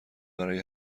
برای